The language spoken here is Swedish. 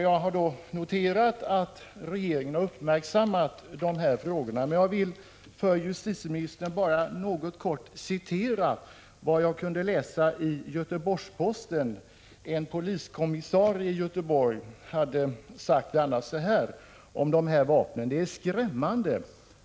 Jag har noterat att regeringen har uppmärksammat dessa frågor, men jag vill för justitieministerns kännedom ändå anföra ett kort citat ur en artikel i Göteborgs-Posten, där en poliskommissarie uttalar följande om dessa vapen: ”Det är skrämmande!